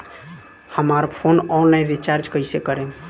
हमार phone online recharge कईसे करेम?